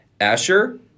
Asher